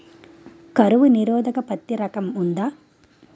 కరువు నిరోధక పత్తి రకం ఉందా?